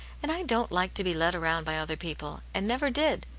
and i don't like to be led round by other people, and never did.